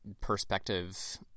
perspective